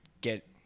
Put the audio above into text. get